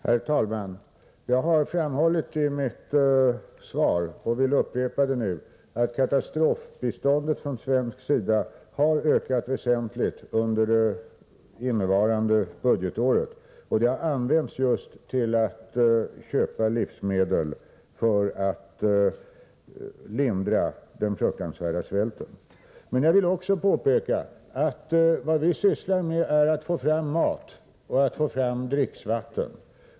Herr talman! Jag har framhållit i mitt svar, och jag upprepar det nu, att katastrofbiståndet från svensk sida har ökat väsentligt under innevarande budgetår. Katastrofbiståndet har använts just till inköp av livsmedel för att lindra den fruktansvärda svälten. Men jag vill också framhålla att vad vi sysslar med är att få fram mat och dricksvatten.